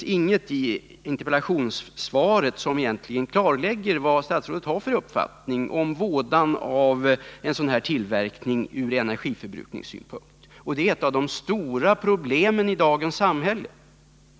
I interpellationssvaret finns ingenting som egentligen klarlägger vad statsrådet har för uppfattning om vådan av en sådan här tillverkning från energiförbrukningssynpunkt. Frågan om energiförbrukningen är ju ändå ett av de stora problemen i dagens samhälle.